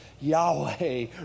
Yahweh